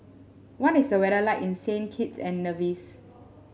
what is the weather like in Saint Kitts and Nevis